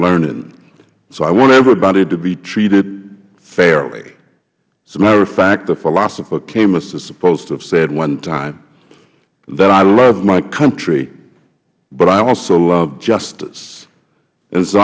learning so i want everybody to be treated fairly as a matter of fact the philosopher camus is supposed to have said one time that i love my country but i also love justice